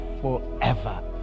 forever